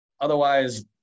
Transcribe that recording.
otherwise